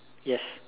yes